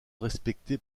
respecté